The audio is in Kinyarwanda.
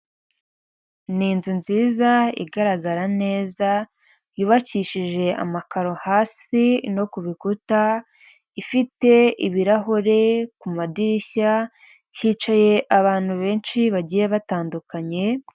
Ni inzu nziza igaragara neza, yubakishije amakaro hasi no kukuta, ifite ibirahure ku madirishya, hicaye abantu benshi bagiye batandukanye.